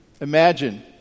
imagine